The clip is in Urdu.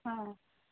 ہاں